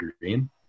green